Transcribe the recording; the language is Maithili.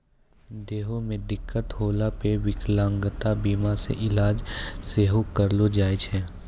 देहो मे दिक्कत होला पे विकलांगता बीमा से इलाज सेहो करैलो जाय छै